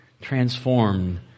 transformed